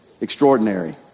Extraordinary